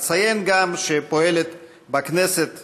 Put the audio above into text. אציין גם שפועלת בכנסת